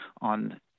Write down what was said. on